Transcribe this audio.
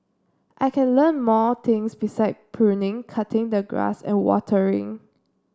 I can learn more things besides pruning cutting the grass and watering